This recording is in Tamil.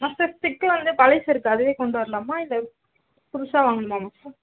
மாஸ்டர் ஸ்டிக் வந்து பழசு இருக்குது அதுவே கொண்டு வரலாமா இல்லை புதுசாக வாங்கணுமா மாஸ்டர்